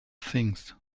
things